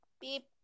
beep